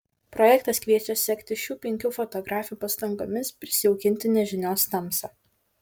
projektas kviečia sekti šių penkių fotografių pastangomis prisijaukinti nežinios tamsą